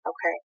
Okay